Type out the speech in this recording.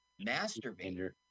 masturbate